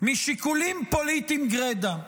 משיקולים פוליטיים גרידא,